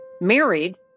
married